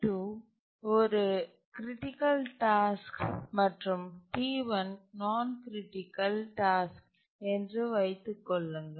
T2 ஒரு critical task மற்றும் T1 non critical என்று வைத்துக் கொள்ளுங்கள்